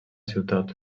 ciutat